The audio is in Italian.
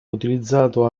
utilizzato